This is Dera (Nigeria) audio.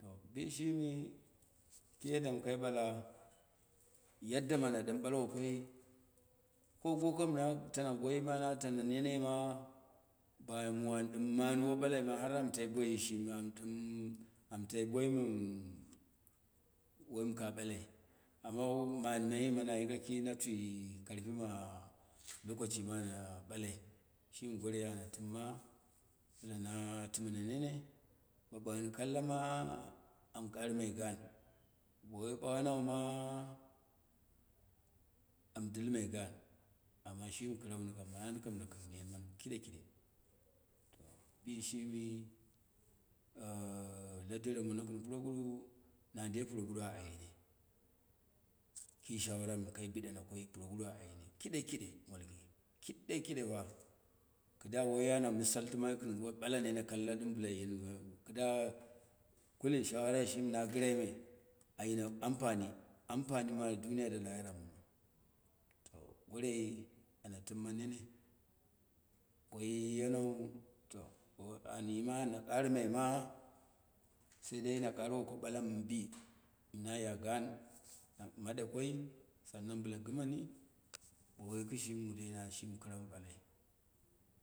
To bishɨmi ki yaddam kai ɓala, yadda mɨ ana ɗɨm balwo koi, ko gomna tana koima na tana koima na tana nene ma ɓa mu an ɗɨm manwo ɓalai ma, har awo tai boyi shimi, am tɨm, am tai bomu, wm ka ɓalai, ama man mayima na yinge ki na twi karfima lokacima ɓalai, shimi gorei ana timma bɨla na tɨmono nene, bo baghan kaka ma an kaɨmai yan, boi woi ba bagha nau ma an dɨlma gan, ana shima kɨra ni kam, nani kam na kang ner mani kideka bishimi la deren mono gɨn pur guru, na dai puroguru a ayene, ki shawum kai biɗana koi puroguru a ayene kiɗe kiɗe, kiɗe molki kiɗe kidefa, kɨda woi ana mɨsaltɨ mai gn bo ɓala nene kaka ɗɨm bɨla yen pa kɨda, kuli shawa rai shimi na gɨrai ne, ayino ampgani, ampanima duniya da lahira ma, to gorei ana tɨmma nene bo woi yenau to ba anyima ma karɨ mai ma sai daima karɨwo ko ɓalam bi mɨ naya gan an maɗe koi, san nan bɨla gɨmeni, bo woi kɨ shimiu dai na shimi kɨrau ma ɓalai.